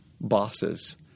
bosses